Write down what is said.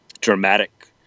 dramatic